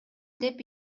деп